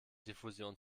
diffusion